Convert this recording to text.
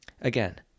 again